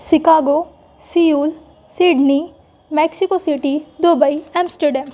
Chicago Seoul Sydney Mexico city Dubai Amsterdam